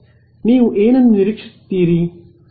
ನೀವು ಏನನ್ನು ನಿರೀಕ್ಷಿಸುತ್ತೀರಿ